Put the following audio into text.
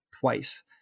twice